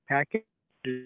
Package